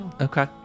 Okay